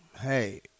hey